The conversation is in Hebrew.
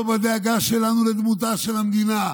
לא בדאגה שלנו לדמותה של המדינה.